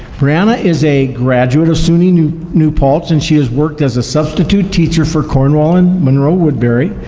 brianna is a graduate of suny new new paltz, and she has worked as a substitute teacher for cornwall and monroe-woodbury,